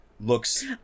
looks